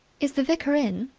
is the vicar in?